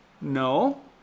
No